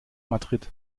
madrid